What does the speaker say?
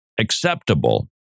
acceptable